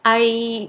I